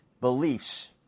beliefs